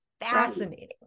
fascinating